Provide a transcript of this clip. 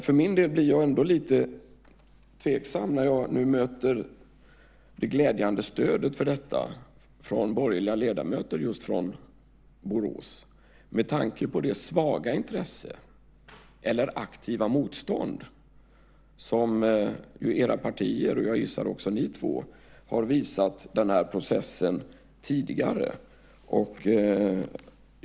För min del blir jag ändå lite tveksam när jag nu möter det glädjande stödet för detta hos borgerliga ledamöter från Borås med tanke på det svaga intresse eller aktiva motstånd era partier - och jag gissar också ni två - har visat processen tidigare.